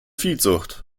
viehzucht